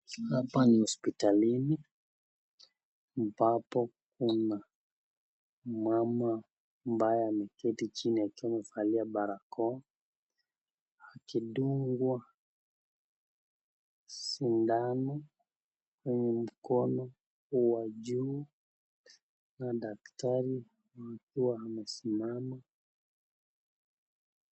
Hapa ni hosipitalini ambapo kuna mama ambaye ameketi chini akiwa amevalia barakoa akidungwa sindano kwenye mkono wa juu na daktari akiwa amesimama.